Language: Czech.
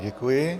Děkuji.